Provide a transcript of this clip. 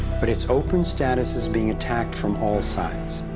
but, its open status is being attacked from all sides.